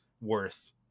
worth